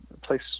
place